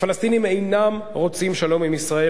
הפלסטינים אינם רוצים שלום עם ישראל.